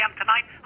tonight